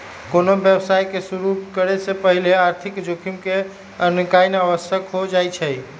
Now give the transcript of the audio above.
कोनो व्यवसाय के शुरु करे से पहिले आर्थिक जोखिम के आकनाइ आवश्यक हो जाइ छइ